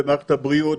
במערכת הבריאות,